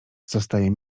zostaje